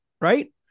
right